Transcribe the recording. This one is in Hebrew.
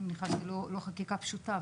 אני מניחה שזאת לא חקיקה פשוטה,